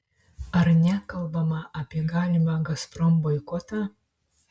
ar nekalbama apie galimą gazprom boikotą